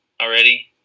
already